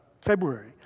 February